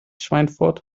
schweinfurt